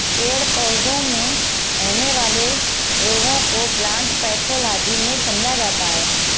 पेड़ पौधों में होने वाले रोगों को प्लांट पैथोलॉजी में समझा जाता है